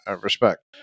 respect